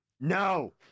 No